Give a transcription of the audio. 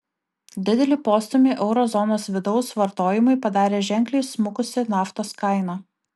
didelį postūmį euro zonos vidaus vartojimui padarė ženkliai smukusi naftos kaina